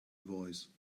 voice